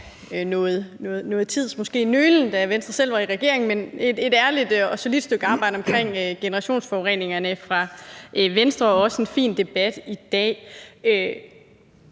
nogen tids måske nølen, da Venstre selv var i regering, men der er gjort et ærligt og solidt stykke arbejde af Venstre omkring generationsforureningerne. Vi har også en fin debat i dag.